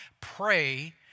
pray